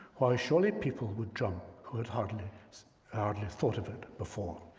why surely, people would jump who had hardly hardly thought of it before.